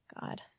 God